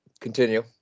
Continue